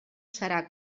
serà